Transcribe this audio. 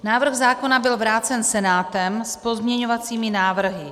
Návrh zákona byl vrácen Senátem s pozměňovacími návrhy.